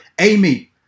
Amy